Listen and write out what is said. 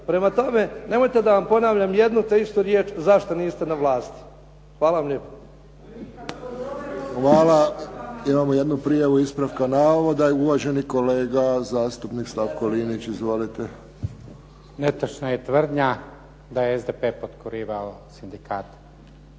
Prema tome, nemojte da vam ponavljam jednu te istu riječ zašto niste na vlasti. Hvala vam lijepo. **Friščić, Josip (HSS)** Hvala. Imamo jednu prijavu ispravka navoda. Uvaženi kolega zastupnik Slavko Linić. Izvolite. **Linić, Slavko (SDP)** Netočna je tvrdnja da je SDP potkurivao sindikate.